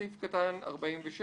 הסתייגות 46: